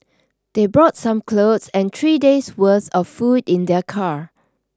they brought some clothes and three days' worth of food in their car